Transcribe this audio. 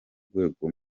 rwego